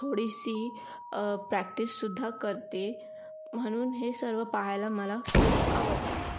थोडीशी प्रॅक्टिस सुद्धा करते म्हणून हे सर्व पहायला मला खूप आवडते